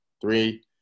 Three